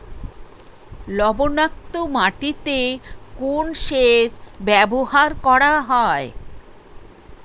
লবণাক্ত মাটিতে কোন সেচ ব্যবহার করা হয়?